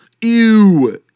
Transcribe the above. Ew